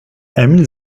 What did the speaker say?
emil